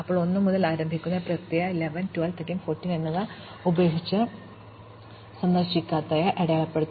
അപ്പോൾ 1 മുതൽ ആരംഭിക്കുന്ന ഈ പ്രക്രിയ 11 12 13 14 എന്നിവ ഉപേക്ഷിച്ച് സന്ദർശിക്കാത്തതായി അടയാളപ്പെടുത്തും